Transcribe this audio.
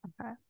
Okay